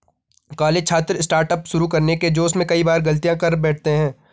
college छात्र startup शुरू करने के जोश में कई बार गलतियां कर बैठते हैं